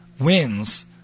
wins